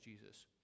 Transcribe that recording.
Jesus